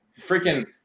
freaking